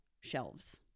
shelves